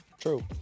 True